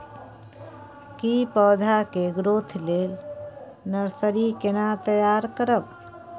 की पौधा के ग्रोथ लेल नर्सरी केना तैयार करब?